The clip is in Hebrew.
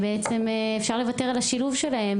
אפשר לוותר על השילוב שלהם,